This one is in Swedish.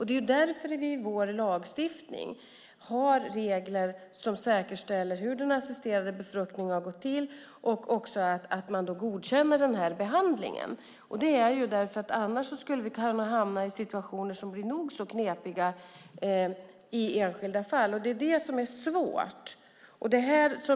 Det är därför vi i vår lagstiftning har regler som säkerställer hur den assisterade befruktningen har gått till och att man godkänner behandlingen. Annars skulle vi kunna hamna i situationer som blir nog så knepiga i enskilda fall. Detta är svårt.